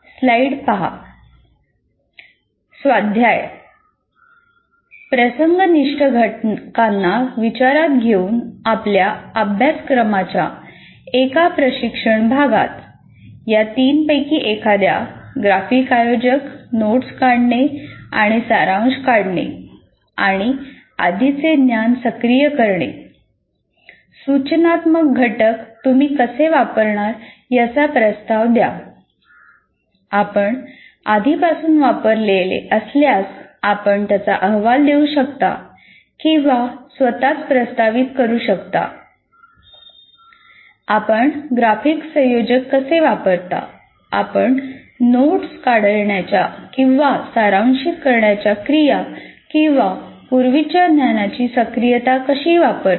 स्वाध्याय प्रसंगनिष्ठ घटकांना विचारात घेऊन आपल्या अभ्यासक्रमाच्या एका प्रशिक्षण भागात आपण ग्राफिक संयोजक कसे वापरता आपण नोट्स काढण्याच्या आणि सारांशित करण्याच्या क्रिया किंवा पूर्वीच्या ज्ञानाची सक्रियता कशी वापरता